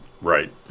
Right